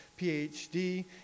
PhD